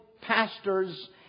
pastors